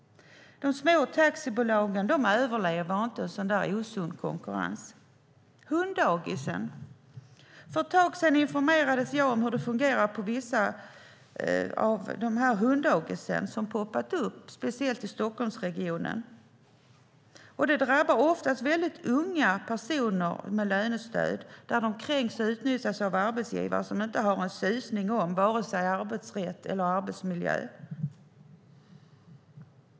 De små taxibolagen överlever inte en sådan osund konkurrens. Hunddagis är ett annat exempel. För ett tag sedan informerades jag om hur det fungerar på vissa av de hunddagis som har poppat upp, speciellt i Stockholmsregionen. Väldigt unga personer med lönestöd kränks och utnyttjas av arbetsgivare som inte har en aning om vare sig arbetsrätt eller arbetsmiljö.